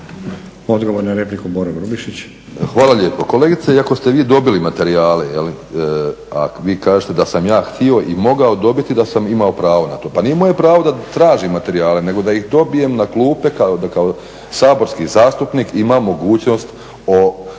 **Grubišić, Boro (HDSSB)** Hvala lijepo. Kolegice iako ste vi dobili materijale jel' a vi kažete da sam ja htio i mogao dobiti da sam imao pravo na to. Pa nije moje pravo da tražim materijale nego da ih dobijem na klupe da kao saborski zastupnik imam mogućnost o